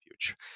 future